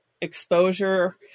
exposure